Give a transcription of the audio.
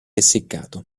essiccato